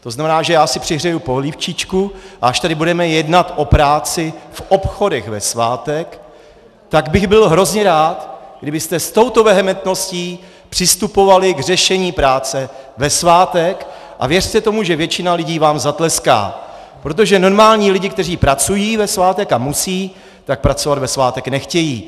To znamená, já si přihřeju polívčičku, a až tady budeme jednat o práci v obchodech ve svátek, tak bych byl hrozně rád, kdybyste s touto vehementností přistupovali k řešení práce ve svátek, a věřte tomu, že většina lidí vám zatleská, protože normální lidé, kteří pracují ve svátek a musejí, tak pracovat ve svátek nechtějí.